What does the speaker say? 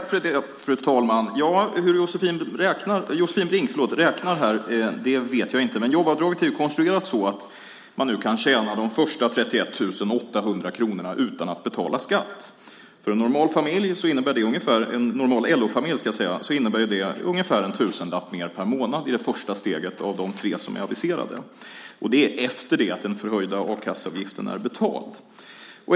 Fru talman! Jag vet inte hur Josefin Brink räknar, men jobbavdraget är konstruerat så att man nu kan tjäna de första 31 800 kronorna utan att betala skatt. För en normal LO-familj innebär det ungefär en tusenlapp mer per månad i det första steget av de tre som är aviserade. Det är efter det att den förhöjda a-kasseavgiften är betald.